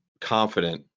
confident